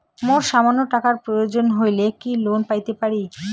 মোর সামান্য টাকার প্রয়োজন হইলে কি লোন পাইতে পারি?